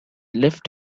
left